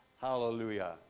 Hallelujah